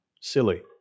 silly